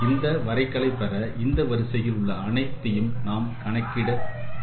இந்தக் கூறுகளை பெற இந்த வரிசையில் உள்ள அனைத்தையும் நாம் கணக்கிட்டுக் கொள்ளலாம்